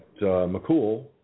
McCool